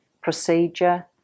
procedure